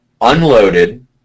unloaded